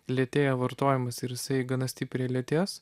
lėtėja vartojimas ir jisai gana stipriai lėtės